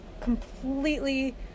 completely